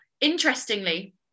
interestingly